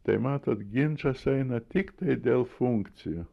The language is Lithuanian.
tai matot ginčas eina tiktai dėl funkcijų